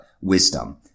wisdom